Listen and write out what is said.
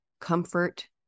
comfort